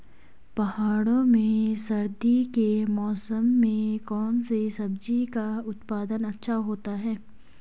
पहाड़ों में सर्दी के मौसम में कौन सी सब्जी का उत्पादन अच्छा होता है?